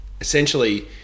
Essentially